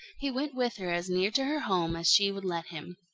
he went with her as near to her home as she would let him.